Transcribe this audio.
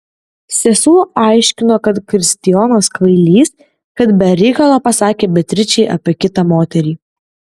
sesuo aiškino kad kristijonas kvailys kad be reikalo pasakė beatričei apie kitą moterį